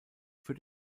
für